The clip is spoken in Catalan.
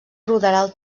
ruderal